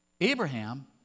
Abraham